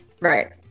Right